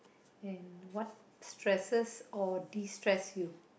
and what stresses or destress you